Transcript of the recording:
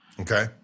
Okay